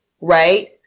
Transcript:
right